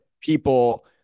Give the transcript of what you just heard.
people